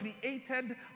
created